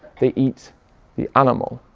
they eat the animal.